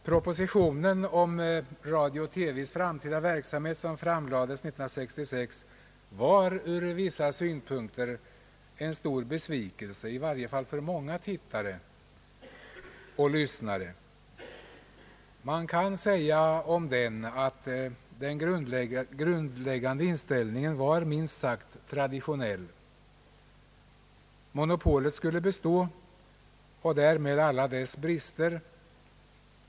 Propositionen om radio-TV:s framtida verksamhet som framlades 1966 var ur vissa synpunkter en stor besvikelse, i varje fall för många tittare och lyssnare. Man kan om den säga att den grundläggande inställningen var minst sagt traditionell. Monopolet skulle bestå och därmed alla dess brister.